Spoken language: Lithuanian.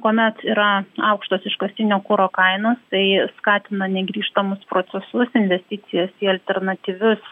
kuomet yra aukštos iškastinio kuro kainos tai skatina negrįžtamus procesus investicijas į alternatyvius